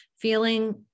feeling